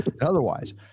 otherwise